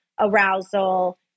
arousal